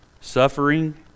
suffering